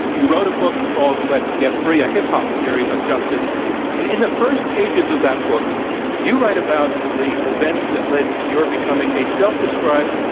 you wrote a book called, let's get free a hip-hop theory of justice. and in the first pages of that book you write about the events that led to your becoming a self-described,